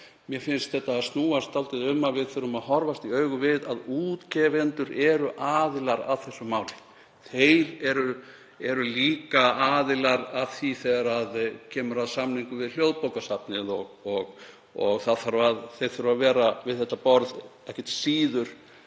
mér finnst þetta snúast dálítið um, við þurfum að horfast í augu við að útgefendur eru aðilar að þessu máli. Þeir eru líka aðilar að því þegar kemur að samningum við Hljóðbókasafnið og þeir þurfa að vera við þetta borð ekkert síður